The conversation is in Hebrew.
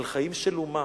על חיים של אומה,